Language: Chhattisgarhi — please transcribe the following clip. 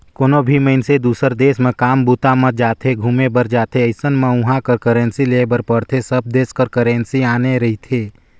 कोनो भी मइनसे दुसर देस म काम बूता म जाथे, घुमे बर जाथे अइसन म उहाँ कर करेंसी लेय बर पड़थे सब देस कर करेंसी आने रहिथे